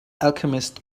alchemist